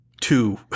two